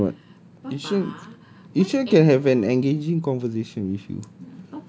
ishan can [what] ishan ishan can have an engaging conversation with you